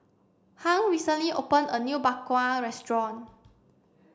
Hung recently opened a new Bak Kwa restaurant